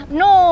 no